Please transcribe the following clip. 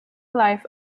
life